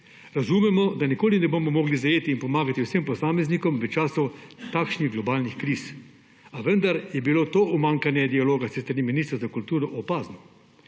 Razumemo, da nikoli ne bomo mogli zajeti in pomagati vsem posameznikom v času takšnih globalnih kriz, a vendar je bilo to umanjkanje dialoga s strani ministra za kulturo opazno.